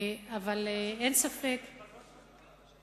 אפשר לעשות מפרוות מלאכותיות.